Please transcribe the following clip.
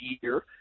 year